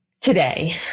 today